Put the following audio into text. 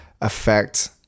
affect